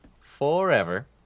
forever